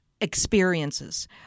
experiences